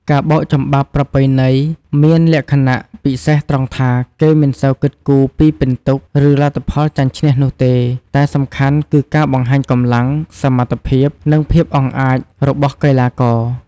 ការបោកចំបាប់ប្រពៃណីមានលក្ខណៈពិសេសត្រង់ថា គេមិនសូវគិតគូរពីពិន្ទុ ឬលទ្ធផលចាញ់ឈ្នះនោះទេ តែសំខាន់គឺការបង្ហាញកម្លាំង សមត្ថភាព និងភាពអង់អាចរបស់កីឡាករ។